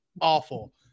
Awful